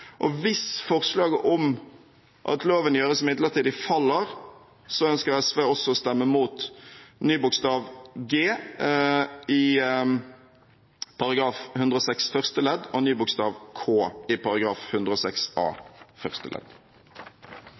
Hvis forslaget om at loven gjøres midlertidig, faller, ønsker SV også å stemme imot ny bokstav g i § 106 første ledd og ny bokstav k i § 106 a første ledd.